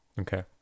Okay